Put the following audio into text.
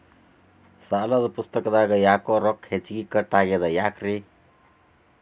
ಸಾಲದ ಪುಸ್ತಕದಾಗ ಯಾಕೊ ರೊಕ್ಕ ಹೆಚ್ಚಿಗಿ ಕಟ್ ಆಗೆದ ಯಾಕ್ರಿ?